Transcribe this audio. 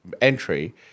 entry